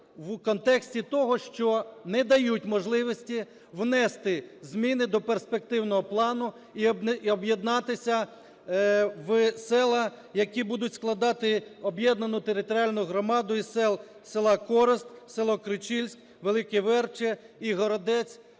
в контексті того, що не дають можливості внести зміни до перспективного плану і об'єднатися в села, які будуть складати об'єднану територіальну громаду із сіл: села Корост, село Кричильськ, Велике Вербче і Городець